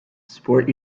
sport